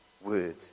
word